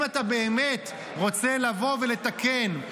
אם אתה באמת רוצה לבוא ולתקן,